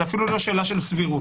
זו אפילו לא שאלה של סבירות.